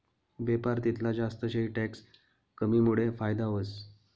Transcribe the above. बेपार तितला जास्त शे टैक्स कमीमुडे फायदा व्हस